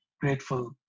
Grateful